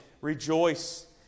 rejoice